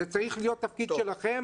זה צריך להיות תפקיד שלכם,